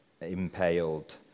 impaled